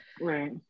right